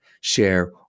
share